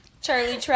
Charlie